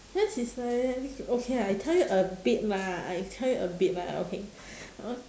that's is like okay I tell you a bit lah I tell you a bit lah okay o~